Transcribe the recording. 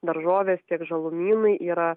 daržovės tiek žalumynai yra